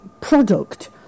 product